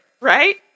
right